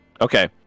Okay